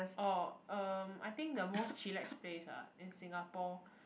orh erm I think the most chillax place ah in singapore